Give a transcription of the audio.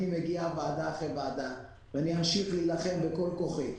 אני מגיע ועדה אחרי ועדה ואני אמשיך להילחם בכל כוחי.